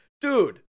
Dude